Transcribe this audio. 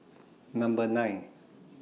Number nine